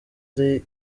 ari